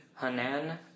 Hanan